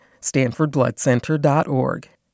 StanfordBloodCenter.org